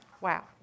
Wow